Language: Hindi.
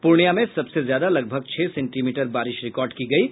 पूर्णियां में सबसे ज्यादा लगभग छह सेंटीमीटर बारिश रिकॉर्ड की गयी है